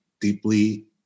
deeply